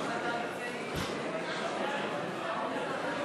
הצעת סיעות בל"ד חד"ש רע"ם-תע"ל-מד"ע להביע אי-אמון בממשלה לא נתקבלה.